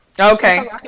okay